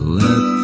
let